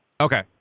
Okay